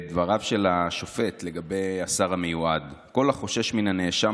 בדבריו של השופט לגבי השר המיועד: "כל החושש מהנאשם